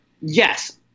yes